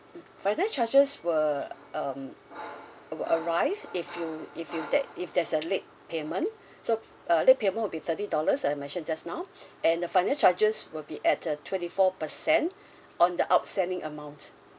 mm finance charges will um will arise if you if you that if there's a late payment so uh late payment will be thirty dollars like I mentioned just now and the finance charges will be at a twenty four percent on the outstanding amount